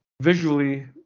visually